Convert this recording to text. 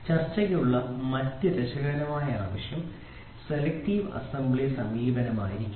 ചർച്ചയ്ക്കുള്ള മറ്റ് രസകരമായ ആശയം സെലക്ടീവ് അസംബ്ലി സമീപനമായിരിക്കും